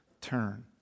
turn